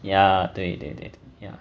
ya 对对对 ya